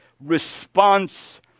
response